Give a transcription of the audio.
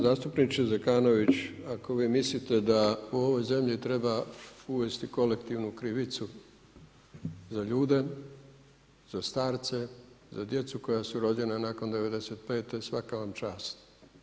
Zastupniče Zakonović ako vi mislite da u ovoj zemlji treba uvesti kolektivnu krivicu za ljude, za starce, za djecu koja su rođena nakon 95. svaka vam čast.